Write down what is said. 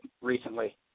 recently